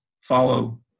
follow